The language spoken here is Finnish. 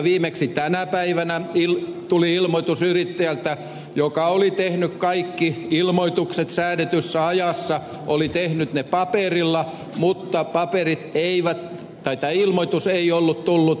viimeksi tänä päivänä tuli ilmoitus yrittäjältä joka oli tehnyt kaikki ilmoitukset säädetyssä ajassa oli tehnyt ne paperilla mutta tämä ilmoitus ei ollut tullut verohallinnon tietoon